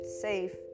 safe